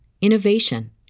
innovation